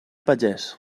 pagès